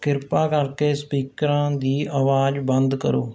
ਕਿਰਪਾ ਕਰਕੇ ਸਪੀਕਰਾਂ ਦੀ ਆਵਾਜ਼ ਬੰਦ ਕਰੋ